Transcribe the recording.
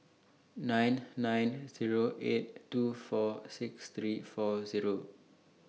nine nine Zero eight two four six three four Zero